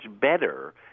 better